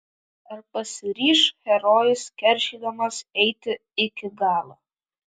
ar pasiryš herojus keršydamas eiti iki galo